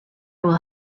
will